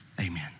amen